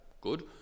good